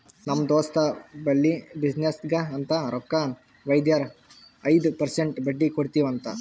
ನಮ್ ದೋಸ್ತ್ ಬಲ್ಲಿ ಬಿಸಿನ್ನೆಸ್ಗ ಅಂತ್ ರೊಕ್ಕಾ ವೈದಾರ ಐಯ್ದ ಪರ್ಸೆಂಟ್ ಬಡ್ಡಿ ಕೊಡ್ತಿವಿ ಅಂತ್